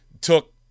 took